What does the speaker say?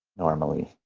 normally.